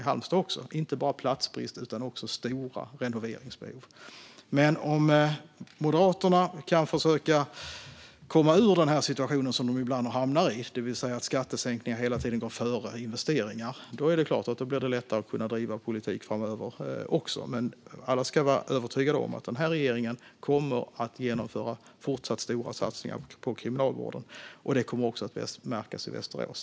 Det är alltså inte bara platsbrist utan också stora renoveringsbehov. Om Moderaterna kan försöka komma ur den situation som de ibland hamnar i, det vill säga att skattesänkningar hela tiden går före investeringar, blir det lättare att driva politik framöver. Alla ska vara övertygade om att regeringen kommer att genomföra fortsatt stora satsningar på Kriminalvården. Detta kommer att märkas också i Västerås.